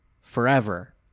forever